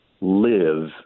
live